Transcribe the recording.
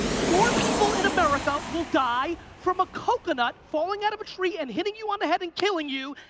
more people in america will die from a coconut falling out of a tree and hitting you on the head and killing you,